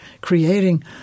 creating